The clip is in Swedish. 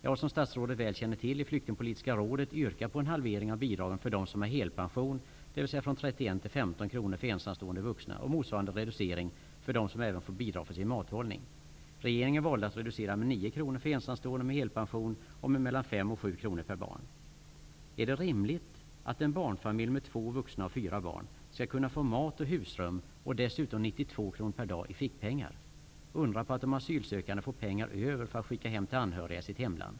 Jag har som statsrådet väl känner till i Flyktingpolitiska Rådet yrkat på en halvering av bidragen för dem som har helpension, dvs. från 31 till 15 kronor för ensamstående vuxna och motsvarande reducering för dem som även får bidrag för sin mathållning. och 7 kronor per barn. Är det rimligt att en barnfamilj med två vuxna och fyra barn skall kunna få mat och husrum och dessutom 92 kronor per dag i fickpengar? Det är inte att undra på att de asylsökande får pengar över för att skicka hem till anhöriga i sitt hemland.